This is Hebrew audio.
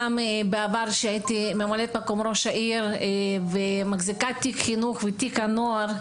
גם בעבר כשהייתי ממלאת מקום ראש העיר ומחזיקת תיק החינוך ותיק הנוער,